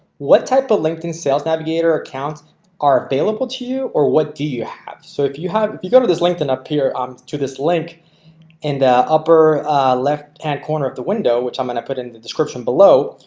what type of linkedin sales navigator account is available to you or what do you have. so if you have if you go to this link and up here um to this link in the upper left hand corner of the window, which i'm going to put in the description below.